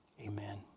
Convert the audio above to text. Amen